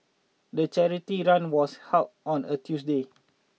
the charity run was held on a Tuesday